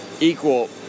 equal